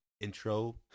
intro